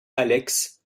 alex